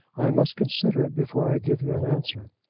i must consider it before i give you an answer.